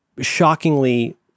shockingly